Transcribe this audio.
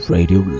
Radio